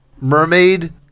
mermaid